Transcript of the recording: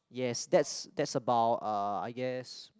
yes that's that's about uh I guess